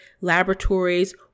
laboratories